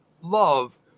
love